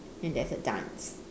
and there's the dance